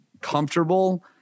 comfortable